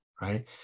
right